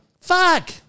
Fuck